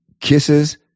kisses